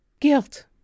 guilt